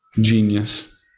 Genius